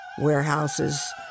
Warehouses